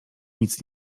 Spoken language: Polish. nic